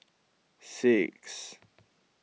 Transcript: six